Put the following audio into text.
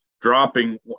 dropping